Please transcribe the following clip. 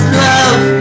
love